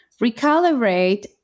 recalibrate